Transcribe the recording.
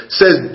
says